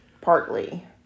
partly